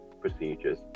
procedures